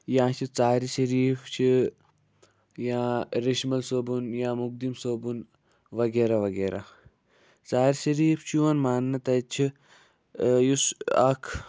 یا چھُ ژارِ شریٖف چھُ یا رٮ۪شمٲلۍ صٲبُن یا مخدوٗم صٲبُن وغیرہ وغیرہ ژارِ شریٖف چھُ یِوان ماننہٕ تَتہِ چھُ یُس اکھ